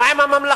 מה עם הממלכה?